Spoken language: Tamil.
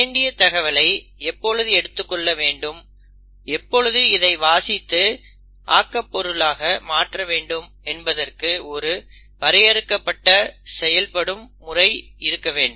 வேண்டிய தகவலை எப்பொழுது எடுத்துக்கொள்ள வேண்டும் எப்பொழுது இதை வாசித்து ஆக்கப் பொருளாக மாற்ற வேண்டும் என்பதற்கு ஒரு வரையறுக்கப்பட்ட செயல்படும் முறை இருக்க வேண்டும்